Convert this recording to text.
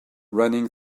running